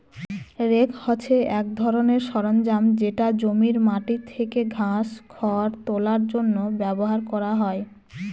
rake হছে এক ধরনের সরঞ্জাম যেটা জমির মাটি থেকে ঘাস, খড় তোলার জন্য ব্যবহার করা হয়